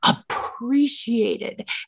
appreciated